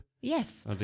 Yes